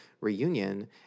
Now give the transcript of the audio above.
reunion